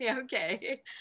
Okay